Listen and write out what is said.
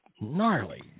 Gnarly